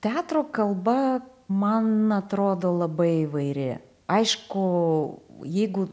teatro kalba man atrodo labai įvairi aišku jeigu